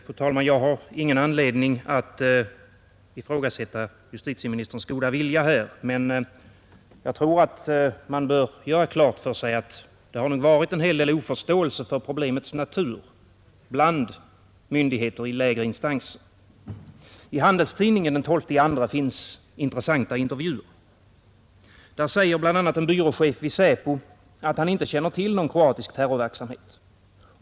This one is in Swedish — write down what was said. Fru talman! Jag har ingen anledning att ifrågasätta justitieministerns goda vilja, men jag tror att man bör göra klart för sig att det nog har varit en hel del oförståelse för problemets natur bland myndigheter i lägre instanser. I Handelstidningen den 12 februari finns intressanta intervjuer. Där säger bland andra en byråchef i Säpo att han inte känner till någon kroatisk terrorverksamhet.